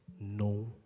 no